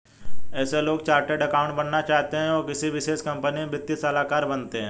ऐसे लोग जो चार्टर्ड अकाउन्टन्ट बनना चाहते है वो किसी विशेष कंपनी में वित्तीय सलाहकार बनते हैं